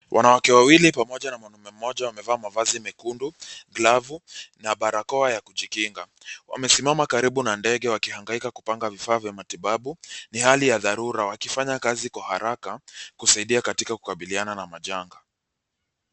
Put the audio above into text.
Wanawake wawili pamoja na manamme mmoja wamevaa mavazi mekundu, glavu na barakoa ya kujikinga. Wamesimama karibu na ndege wakihangaika kupanga vifaa vya matibabu, ni hali ya dharura wakifanya kazi kwa haraka kusaidia kata kukabiliana ana majanga.